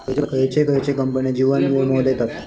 खयचे खयचे कंपने जीवन वीमो देतत